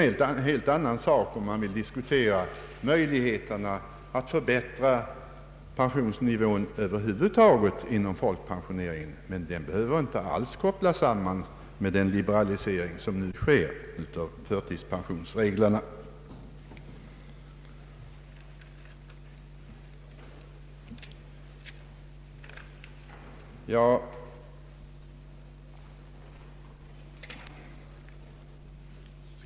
Frågan om förbättringen av pensionsnivån över huvud taget är en helt annan sak, och den behöver inte alls kopplas samman med den liberalisering av förtidspensionreglerna som nu föreslås.